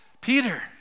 Peter